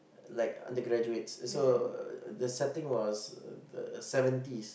like undergraduates so uh the setting was the seventies